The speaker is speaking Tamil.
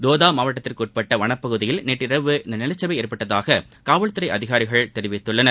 தோதா மாவட்டத்திற்கு உட்பட்ட வனப்பகுதியில் நேற்றிரவு இந்த நிலச்சிவு ஏற்பட்டதாக காவல்துறை அதிகாரிகள் தெரிவித்தனர்